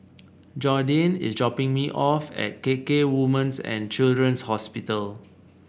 Jordyn is dropping me off at KK Women's and Children's Hospital